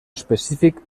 específic